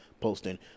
posting